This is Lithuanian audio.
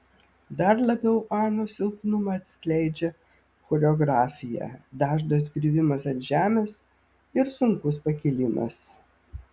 dar labiau anos silpnumą atskleidžia choreografija dažnas griuvimas ant žemės ir sunkus pakilimas